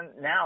now